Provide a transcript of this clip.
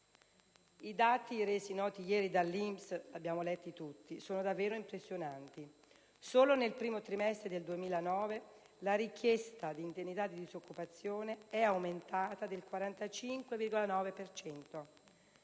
I dati resi noti ieri dall'INPS li abbiamo letti tutti e sono davvero impressionanti: solo nel primo trimestre del 2009 la richiesta di indennità di disoccupazione è aumentata del 45,9